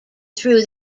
through